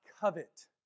covet